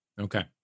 Okay